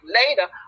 later